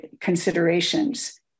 considerations